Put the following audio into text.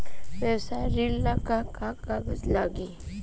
व्यवसाय ऋण ला का का कागज लागी?